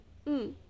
mm